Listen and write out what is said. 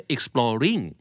Exploring